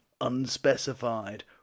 unspecified